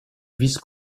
vice